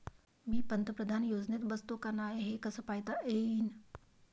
मी पंतप्रधान योजनेत बसतो का नाय, हे कस पायता येईन?